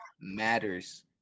matters